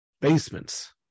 basements